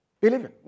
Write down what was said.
Believe